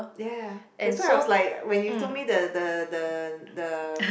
ya that's why I was like when you told me the the the the